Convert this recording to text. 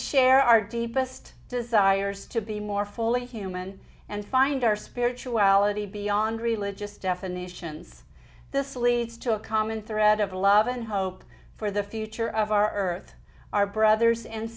share our deepest desires to be more fully human and find our spirituality beyond religious definitions this leads to a common thread of love and hope for the future of our earth our brothers and